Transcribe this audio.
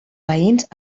veïns